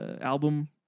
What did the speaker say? album